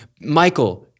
Michael